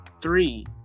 Three